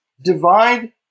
divide